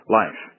life